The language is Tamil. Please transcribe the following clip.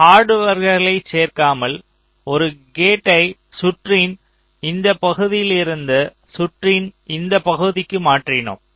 சில ஹார்ட்வர்களை சேர்க்காமல் ஒரு கேட்டை சுற்றின் இந்த பகுதியிலிருந்து சுற்றின் இந்த பகுதிக்கு மாற்றினோம்